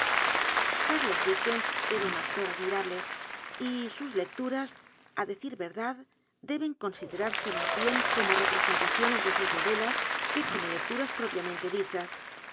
cál'los dickens era un actor admirable y sus lecturas á decir rerd d deben considerarse mas bien como representaciones de sus novelas que como lecturas propiam ente dichas